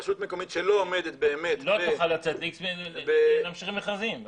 רשות מקומיות שלא עומדת באמת ב --- לא תוכל לצאת להמשיך עם מכרזים.